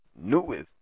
newest